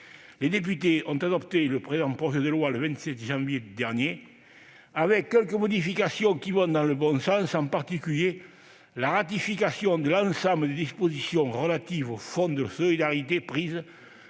Les députés ont adopté le présent projet de loi le 27 janvier dernier, avec quelques modifications qui vont dans le bon sens, en particulier la ratification de l'ensemble des dispositions relatives au fonds de solidarité prises